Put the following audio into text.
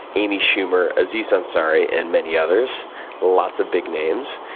amy schumer, aziz ansari, and many others lots of big names.